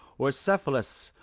or cephalus,